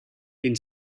den